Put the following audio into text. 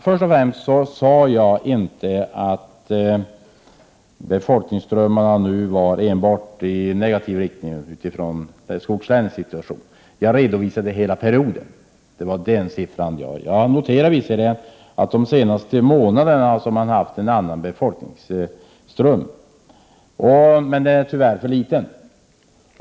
Först och främst så sade jag inte att befolkningsströmmarna nu enbart var i negativ riktning utifrån skogslänens situation. Jag redovisade hela perioden, och det var den siffran jag nämnde. Jag noterade visserligen att man de senaste månaderna har haft en annan befolkningsström, men den är tyvärr för liten.